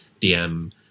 DM